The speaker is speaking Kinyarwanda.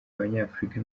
abanyafurika